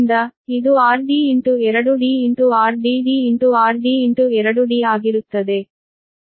ಆದ್ದರಿಂದ ಇದು RD into 2d into r d d into r d into 2 d ಆಗಿರುತ್ತದೆ